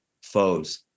foes